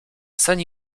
sen